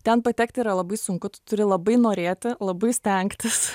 ten patekti yra labai sunku tu turi labai norėti labai stengtis